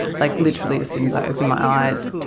like literally as soon as i opened my eyes.